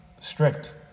strict